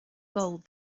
gold